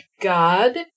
god